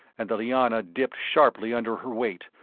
and the liana dipped sharply under her weight,